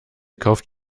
kauft